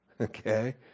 Okay